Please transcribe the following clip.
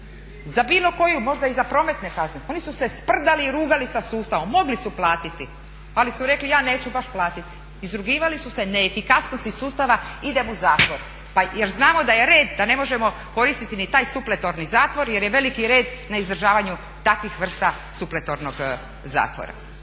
za bilo koju možda i za prometne kazne oni su se sprdali sa sustavom, mogli su platiti ali su rekli ja neću baš platiti. Izrugivali su se neefikasnosti sustava, idem u zatvor, pa jer znamo da je red, da ne može koristiti ni taj supletorni zatvor jer je veliki red na izdražavanju takvih vrsta supletornog zatvora.